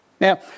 Now